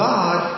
God